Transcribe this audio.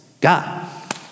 God